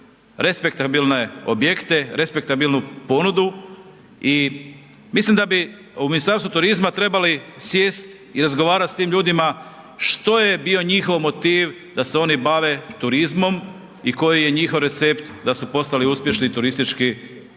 respektabilne objekte, respektabilnu ponudu i mislim da bi u Ministarstvu turizma trebali sjest i razgovarat s tim ljudima što je bio njihov motiv da se oni bave turizmom i koji je njihov recept da su postali uspješni turistički djelatnici,